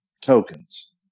tokens